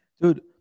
Dude